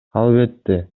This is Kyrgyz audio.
албетте